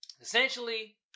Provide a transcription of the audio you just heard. essentially